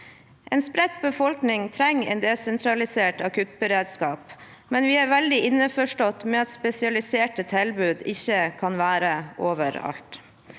En spredt befolkning trenger en desentralisert akuttberedskap, men vi er veldig innforstått med at spesialiserte tilbud ikke kan være overalt.